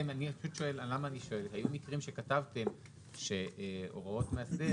אני שואל את זה כי היו מקרים שכתבתם שהוראות מאסדר